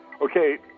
Okay